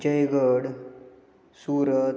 Jaigad Surat